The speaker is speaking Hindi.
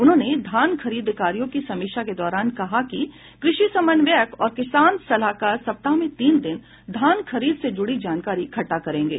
उन्होंने धान खरीद कार्यो की समीक्षा के दौरान कहा कि कृषि समन्वयक और किसान सलाहकार सप्ताह में तीन दिन धान खरीद से जुड़ी जानकारी इकट्ठा करेंगे